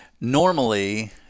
Normally